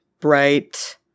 bright